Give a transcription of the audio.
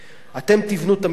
אתם תבנו את המתקן,